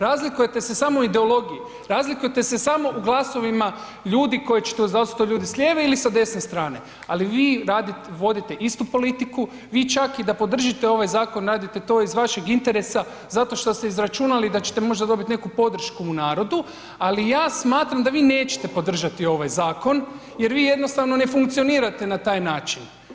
Razlikujete se samo u ideologiji razlikujete se samo u glasovima ljudi koji će, da li su to ljudi s lijeve ili sa desne strane, ali vi radite, vodite istu politiku, vi čak i da podržite ovaj zakon, radite to iz vašeg interesa, zato što ste izračunali da ćete možda dobiti neku podršku u narodu, ali ja smatram da vi nećete podržati ovaj zakon jer vi jednostavno ne funkcionirate na taj način.